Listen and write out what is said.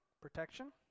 protection